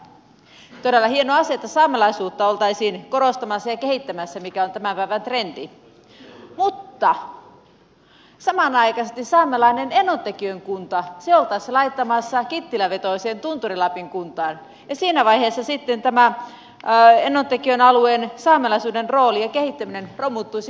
todella hieno asia että saamelaisuutta oltaisiin korostamassa ja kehittämässä mikä on tämän päivän trendi mutta samanaikaisesti saamelainen enontekiön kunta oltaisiin laittamassa kittilä vetoiseen tunturi lapin kuntaan ja siinä vaiheessa sitten tämä enontekiön alueen saamelaisuuden rooli ja kehittäminen romuttuisivat kokonaan